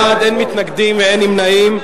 24 בעד, אין מתנגדים ואין נמנעים.